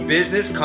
Business